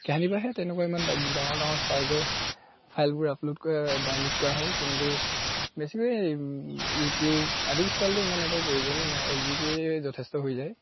কেহানিবাহে তেনেকুৱা ইমান ডাঙৰ ডাঙৰ ছাইজৰ ফাইলবোৰ আপলোড কৰা ডাউনলোড কৰা হয় কিন্তু বেছিকৈ ইউটিউব আদিবোৰ চালেতো ইমান নেটৰ প্ৰয়োজনে নাই এক জি বিয়ে যথেষ্ট হৈ যায়